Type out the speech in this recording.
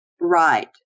Right